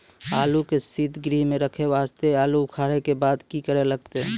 आलू के सीतगृह मे रखे वास्ते आलू उखारे के बाद की करे लगतै?